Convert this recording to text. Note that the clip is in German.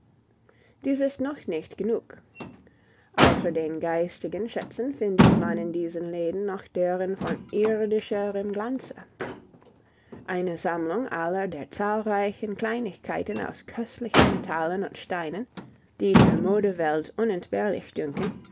dies ist noch nicht genug außer den geistigen schätzen findet man in diesen läden noch deren von irdischerem glanze eine sammlung aller der zahlreichen kleinigkeiten aus köstlichen metallen und steinen die der modewelt unentbehrlich dünken